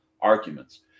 arguments